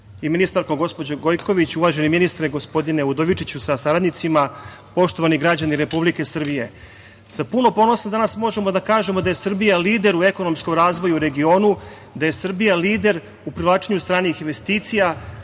ministarko gospođo Gojković, uvaženi ministre gospodine Udovičiću sa saradnicima, poštovani građani Republike Srbije, sa puno ponosa danas možemo da kažemo da je Srbija lider u ekonomskom razvoju u regionu, da je Srbija lider u privlačenju stranih investicija,